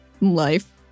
life